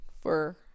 for-